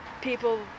people